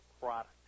product